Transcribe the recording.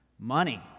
Money